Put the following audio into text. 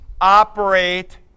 operate